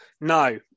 No